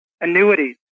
annuities